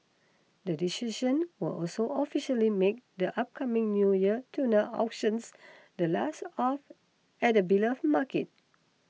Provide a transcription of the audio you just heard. the decision will also officially make the upcoming New Year tuna auctions the last at the beloved market